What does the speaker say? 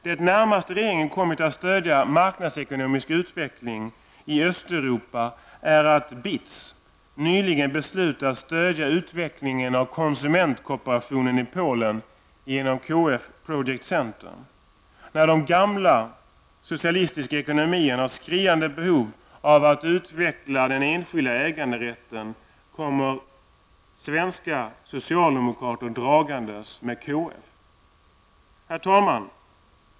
Det närmaste regeringen kommit att stödja marknadsekonomisk utveckling är att BITS nyligen beslutat att stödja utvecklingen av konsumentkooperationen i Polen genom KFs Project Center. När de gamla socialistiska ekonomierna har ett skriande behov av att utveckla den enskilda äganderätten kommer svenska socialdemokrater dragandes med KF! Herr talman!